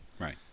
right